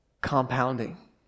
compounding